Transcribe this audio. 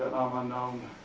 unknown,